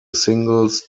singles